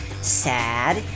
sad